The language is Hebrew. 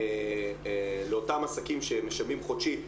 לאותם עסקים שמשלמים חודשית,